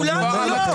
כולנו לא.